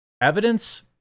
Evidence